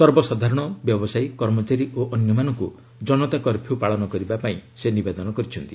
ସର୍ବସାଧାରଣ ବ୍ୟବସାୟୀ କର୍ମଚାରୀ ଓ ଅନ୍ୟମାନଙ୍କୁ ଜନତା କର୍ଫ୍ୟୁ ପାଳନ ପାଇଁ ସେ ନିବେଦନ କରିଛନ୍ତି